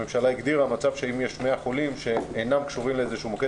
הממשלה הגדירה מצב שאם יש 100 חולים שאינם קשורים לאיזה מוקד